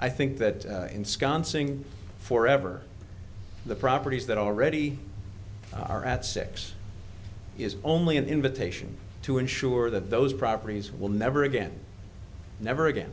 i think that ensconcing for ever the properties that already are at six is only an invitation to ensure that those properties will never again never again